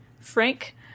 Frank